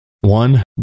one